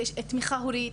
תמיכה הורית.